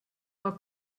war